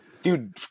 Dude